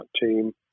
team